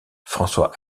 françois